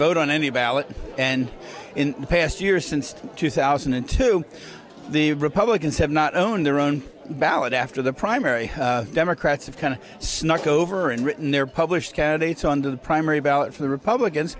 vote on any ballot and in the past year since two thousand and two the republicans have not owned their own ballot after the primary democrats have kind of snuck over and written their published candidates on the primary ballot for the republicans